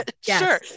Sure